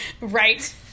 right